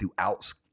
throughout